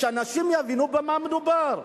כדי שאנשים יבינו במה מדובר.